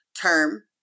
term